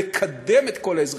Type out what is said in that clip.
ולקדם את כל האזרחים.